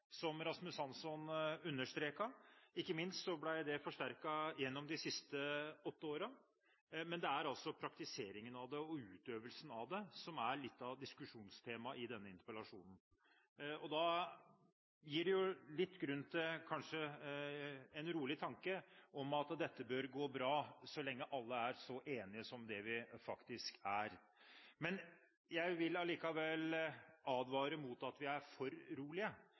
Rasmus Hansson understreket. Ikke minst ble det forsterket gjennom de siste åtte årene. Men det er altså praktiseringen av det og utøvelsen av det som er litt av diskusjonstemaet i denne interpellasjonen. Da gir det jo litt grunn til en beroligende tanke om at dette bør gå bra, så lenge alle er så enige som vi faktisk er. Men jeg vil likevel advare mot å være for rolige.